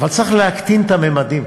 אבל צריך להקטין את הממדים,